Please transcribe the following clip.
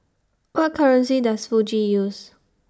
What currency Does Fiji use